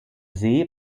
see